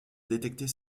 détecter